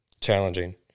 challenging